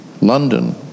London